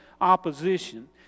opposition